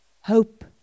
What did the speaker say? Hope